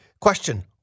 Question